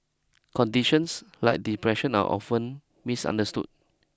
conditions like depression are often misunderstood